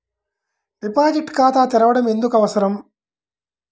Deposit ఖాతా తెరవడం ఎందుకు అవసరం?